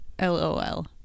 LOL